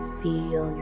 feel